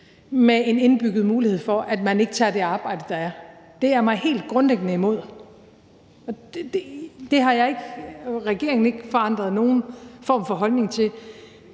med en indbygget mulighed for, at man ikke tager det arbejde, der er. Det er mig helt grundlæggende imod, og det har jeg ikke og det har regeringen